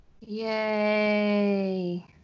yay